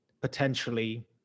potentially